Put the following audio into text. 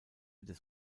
des